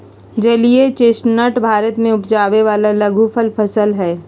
जलीय चेस्टनट भारत में उपजावे वाला लघुफल फसल हई